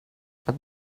but